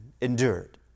endured